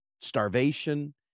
starvation